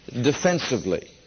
defensively